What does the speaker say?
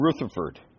Rutherford